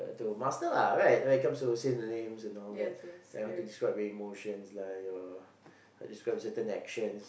to master lah right right comes to say the name and all that to describe your emotions like your describe certain actions